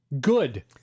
Good